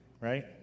Right